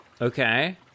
Okay